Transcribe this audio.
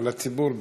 על הציבור בישראל.